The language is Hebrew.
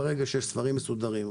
ברגע שיש ספרים מסודרים,